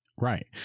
Right